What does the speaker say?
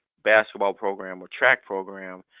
basketball program or track program,